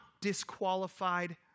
disqualified